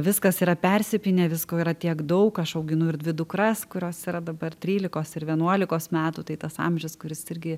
viskas yra persipynę visko yra tiek daug aš auginu ir dvi dukras kurios yra dabar trylikos ir vienuolikos metų tai tas amžius kuris irgi